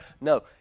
No